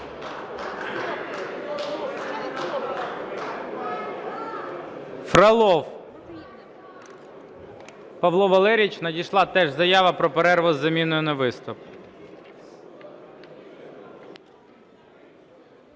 Фролов Павло Валерійович. Надійшла теж заява про перерву із заміною на виступ.